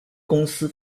公司